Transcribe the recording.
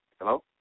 Hello